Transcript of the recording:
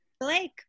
Blake